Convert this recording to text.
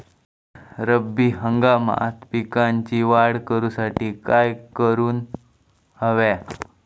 रब्बी हंगामात पिकांची वाढ करूसाठी काय करून हव्या?